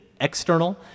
external